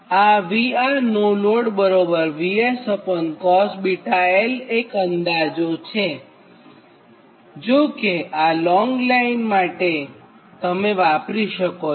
આ VRNL VScos l એક અંદાજો છે જો કે આ લોંગ લાઇન માટે પણ તમે વાપરી શકો છો